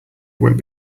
won’t